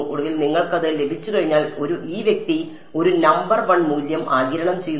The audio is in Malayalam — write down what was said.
ഒടുവിൽ നിങ്ങൾക്കത് ലഭിച്ചുകഴിഞ്ഞാൽ ഈ വ്യക്തി ഒരു നമ്പർ വൺ മൂല്യം ആഗിരണം ചെയ്യുന്നു